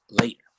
later